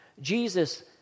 Jesus